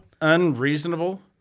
unreasonable